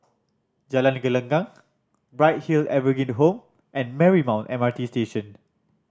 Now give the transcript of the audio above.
Jalan Gelenggang Bright Hill Evergreen Home and Marymount M R T Station